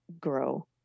grow